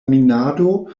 minado